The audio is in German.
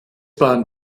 bahn